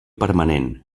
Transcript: permanent